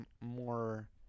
more